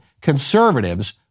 Conservatives